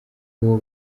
uwo